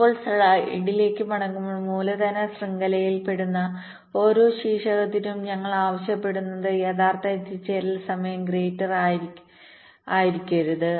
ഇപ്പോൾ സ്ലൈഡിലേക്ക് മടങ്ങുമ്പോൾ മൂലധന ശൃംഖലയിൽ പെടുന്ന ഓരോ ശീർഷകത്തിനും ഞങ്ങൾ ആവശ്യപ്പെടുന്നത് യഥാർത്ഥ എത്തിച്ചേരൽ സമയം ഗ്രേറ്റർ ആയിരിക്കരുത്